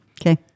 Okay